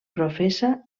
professa